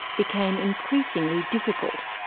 became increasingly difficult.